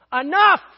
enough